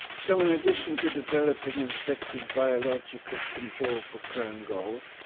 so, in addition to developing an effective biological control for crown gall,